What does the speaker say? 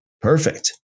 Perfect